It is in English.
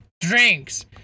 drinks